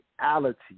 reality